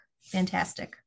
Fantastic